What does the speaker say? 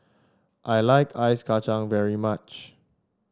I like Ice Kacang very much